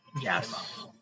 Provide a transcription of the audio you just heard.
Yes